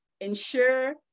ensure